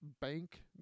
bank